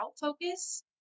Focus